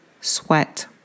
sweat